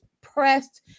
pressed